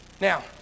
Now